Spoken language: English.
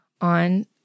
on